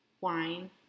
wine